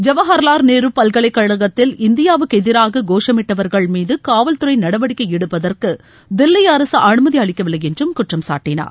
ஜவஹர்வால் நேரு பல்கலைக்கழகத்தில் இந்தியாவுக்கு எதிராக கோஷமிட்டவர்கள் மீது காவல்துறை நடவடிக்கை எடுப்பதற்கு தில்லி அரசு அனுமதி அளிக்கவில்லை என்றும் குற்றம் சாட்டினார்